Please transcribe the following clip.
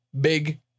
big